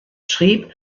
schrieb